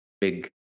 big